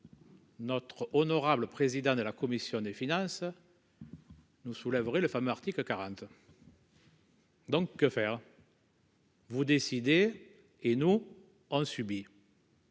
Notre honorable président de la commission des finances. Nous soulèverait le fameux article 40. Donc que faire. Vous décidez et nous on subit.